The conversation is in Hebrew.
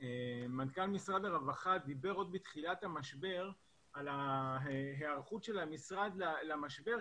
מנכ"ל משרד הרווחה דיבר כבר בתחילת המשבר על ההיערכות של המשרד למשבר,